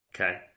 Okay